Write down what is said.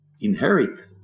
inherit